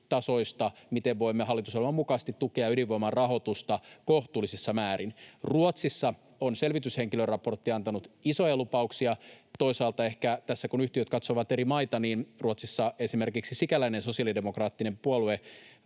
miten voimme hallitusohjelman mukaisesti tukea ydinvoiman rahoitusta kohtuullisissa määrin. Ruotsissa on selvityshenkilön raportti antanut isoja lupauksia. Toisaalta ehkä tässä, kun yhtiöt katsovat eri maita, niin Ruotsissa esimerkiksi sikäläinen sosiaalidemokraattinen puolue,